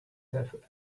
that